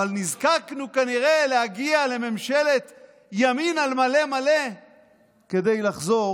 אבל נזקקנו כנראה להגיע לממשלת ימין על מלא מלא כדי לחזור